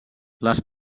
les